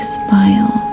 smile